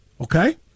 Okay